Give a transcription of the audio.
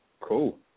Cool